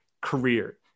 career